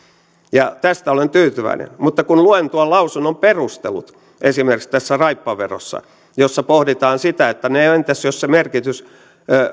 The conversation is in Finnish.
ja tästä olen tyytyväinen mutta kun luen tuon lausunnon perustelut esimerkiksi tässä raippaverossa jossa pohditaan sitä että mitäs sitten jos se merkitys